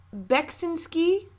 Beksinski